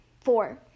four